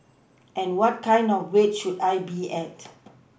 and what kind of weight should I be at